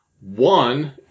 One